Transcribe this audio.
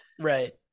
Right